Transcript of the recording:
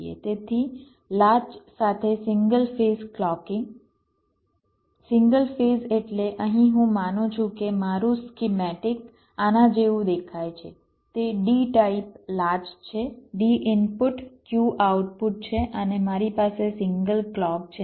તેથી લાચ સાથે single phase clocking single phase એટલે અહીં હું માનું છું કે મારું સ્કીમેટિક આના જેવુ દેખાય છે તે D ટાઇપ લાચ છે D ઇનપુટ Q આઉટપુટ છે અને મારી પાસે સિંગલ ક્લૉક છે